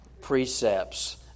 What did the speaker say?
precepts